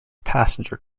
passenger